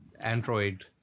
android